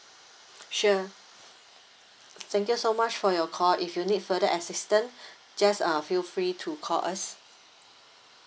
sure thank you so much for your call if you need further assistance just uh feel free to call us